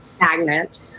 magnet